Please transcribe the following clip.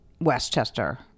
Westchester